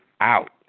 out